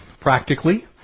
practically